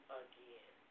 again